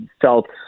felt